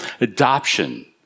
Adoption